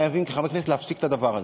חייבים כחברי כנסת להפסיק את הדבר הזה.